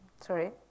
Sorry